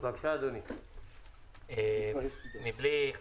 מבלי להמעיט,